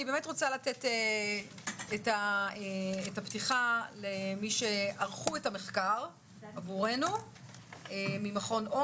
אני רוצה לתת את הפתיחה למי שערכו את המחקר עבורנו ממכון,